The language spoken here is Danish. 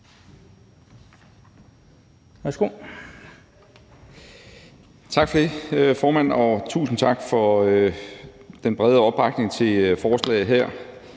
Tak for det, formand, og tusind tak for den brede opbakning til forslaget her.